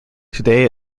today